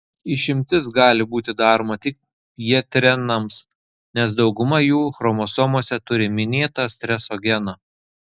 išimtis gali būti daroma tik pjetrenams nes dauguma jų chromosomose turi minėtą streso geną